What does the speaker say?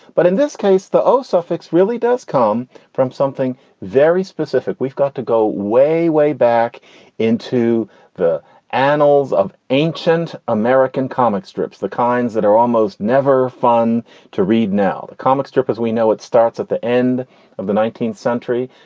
but in this case, the o suffix really does come from something very specific. we've got to go way, way back into the annals of ancient american comic strips, the kinds that are almost never fun to read now, the comic strip as we know it starts at the end of the nineteenth century.